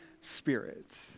Spirit